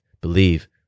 believe